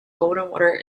goldwater